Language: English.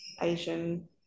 Asian